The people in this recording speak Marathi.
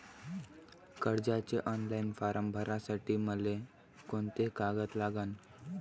कर्जाचे ऑनलाईन फारम भरासाठी मले कोंते कागद लागन?